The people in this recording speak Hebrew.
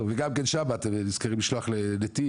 וגם כן שם אתם נזכרים לשלוח לנתיב,